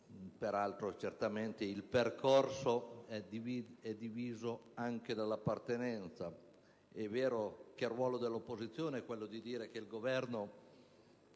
Morando. Certamente, il percorso è diviso anche dall'appartenenza. È vero che il ruolo dell'opposizione è quello di dire che il Governo